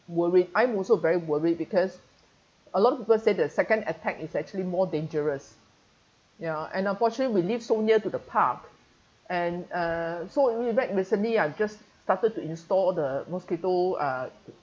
worried I'm also very worried because a lot of people say the second attack is actually more dangerous ya and unfortunately we live so near to the park and uh so back recently I've just started to install the mosquito uh